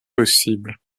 possible